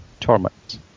Torment